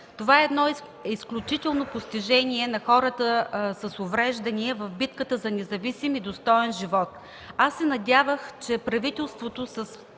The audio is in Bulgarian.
То е изключително постижение на хората с увреждания в битката за независим и достоен живот.